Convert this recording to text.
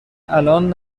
الان